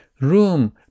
room